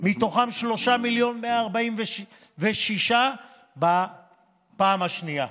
מתוכם 3.146 מיליון בפעם השנייה.